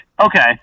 Okay